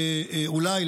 אולי,